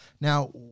now